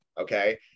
Okay